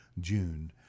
June